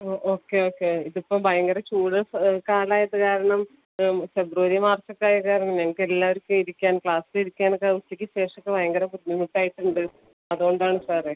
ഓ okay okay ഇതിപ്പോൾ ഭയങ്കര ചൂട് കാലമായത് കാരണം ഫെബ്രുവരി മാർച്ച് ഒക്കെ ആയത് കാരണം ഞങ്ങൾക്കെല്ലാവർക്കും ഇരിക്കാൻ ക്ലാസ്സിലിരിക്കാനൊക്കെ ഉച്ചക്ക് ശേഷമൊക്കെ ഭയങ്കര ബുദ്ധിമുട്ടായിട്ടുണ്ട് അതുകൊണ്ടാണ് സാറേ